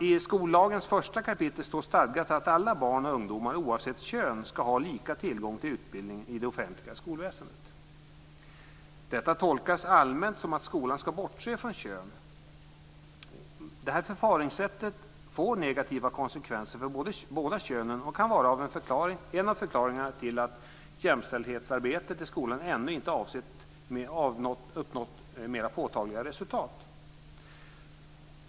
I 1 kap. skollagen stadgas att alla barn och ungdomar, oavsett kön, ska ha lika tillgång till utbildning i det offentliga skolväsendet. Detta tolkas allmänt som att skolan ska bortse från kön. Det förfaringssättet får negativa konsekvenser för båda könen och kan vara en av förklaringarna till att jämställdhetsarbetet i skolan ännu inte uppnått mera påtagliga resultat.